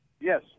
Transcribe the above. Yes